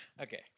Okay